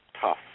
tough